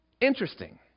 Interesting